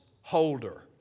holder